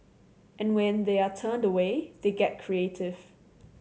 and when they are turned away they get creative